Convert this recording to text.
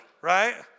right